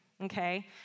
okay